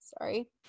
Sorry